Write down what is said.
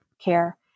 care